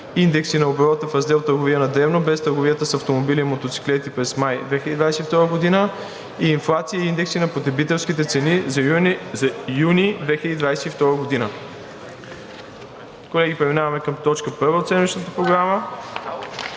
индекси на оборота в раздел „Търговия на дребно, без търговия с автомобили и мотоциклети“ през май 2022 г.; - инфлация и индекси на потребителските цени за юни 2022 г. Колеги, преминаваме към точка първа от седмичната Програма…